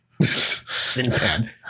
Sinbad